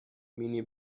مینی